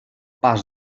pas